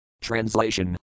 Translation